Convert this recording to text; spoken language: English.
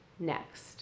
Next